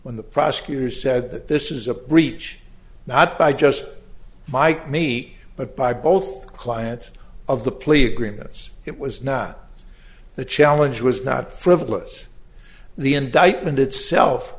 when the prosecutor said that this is a breach not by just might meet but by both clients of the plea agreements it was not the challenge was not frivolous the indictment itself